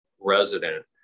resident